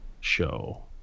show